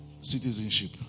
citizenship